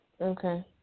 Okay